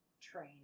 train